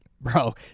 bro